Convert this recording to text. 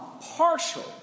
partial